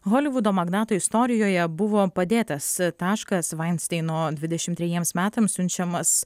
holivudo magnato istorijoje buvo padėtas taškas vainsteino dvidešimt trejiems metams siunčiamas